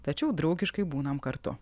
tačiau draugiškai būnam kartu